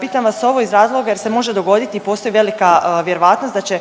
Pitam vas ovo iz razloga jer se može dogoditi i postoji velika vjerovatnost da će